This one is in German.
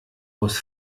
aus